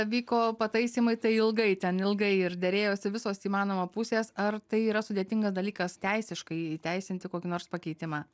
vyko pataisymai tai ilgai ten ilgai ir derėjosi visos įmanoma pusės ar tai yra sudėtingas dalykas teisiškai įteisinti kokį nors pakeitimą